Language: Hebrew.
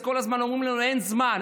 כל הזמן אומרים לנו: אין זמן,